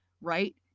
right